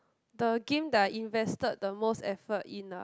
the game that I invested the most effort in lah